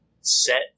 set